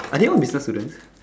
are they all business students